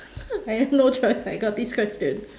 I have no choice I got this question